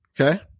Okay